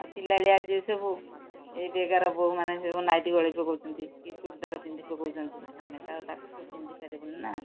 ଆଉ ପିଲାଳି ଯିଏ ସବୁ ଏବେକାର ବହୁମାନେ ସବୁ ନାଇଟି୍ ଗଳେଇ ପକଉଛନ୍ତି କି ଚୁଡ଼ିଦାର ପିନ୍ଧି ପକଉଛନ୍ତି ଆମେତ ତାକୁ ସବୁ ପିନ୍ଧି ପାରିବୁନି ନା